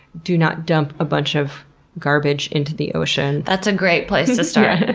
do not dump a bunch of garbage into the ocean, that's a great place to start. ah